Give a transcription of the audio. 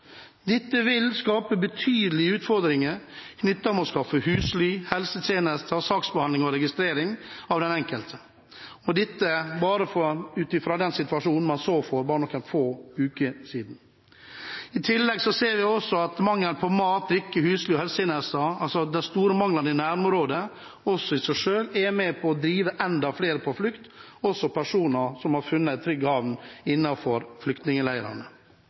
Dette vil skape betydelige utfordringer i form av å skaffe husly, helsetjenester, saksbehandling og registrering av den enkelte – dette bare ut fra den situasjonen man så for bare noen få uker siden. I tillegg ser vi at mangel på mat, drikke, husly og helsetjenester – de store manglene – i nærområdet i seg selv er med på å drive enda flere på flukt, også personer som har funnet en trygg havn